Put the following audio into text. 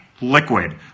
liquid